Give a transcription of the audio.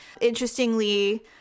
Interestingly